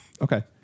Okay